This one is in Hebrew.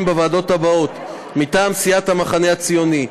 בוועדות האלה: מטעם סיעת המחנה הציוני,